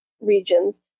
regions